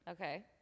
Okay